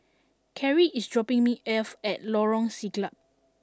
Carie is dropping me off at Lorong Siglap